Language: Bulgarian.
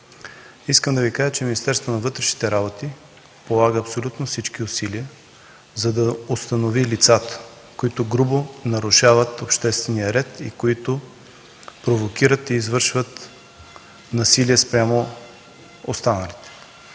Искам да Ви кажа, че Министерството на вътрешните работи полага абсолютно всички усилия, за да установи лицата, които грубо нарушават обществения ред и които провокират и извършват насилие спрямо останалите.